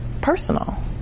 personal